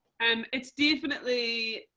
and it's definitely